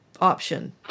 option